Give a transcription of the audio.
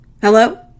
Hello